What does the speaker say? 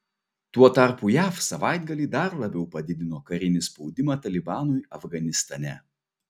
tuo tarpu jav savaitgalį dar labiau padidino karinį spaudimą talibanui afganistane